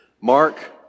Mark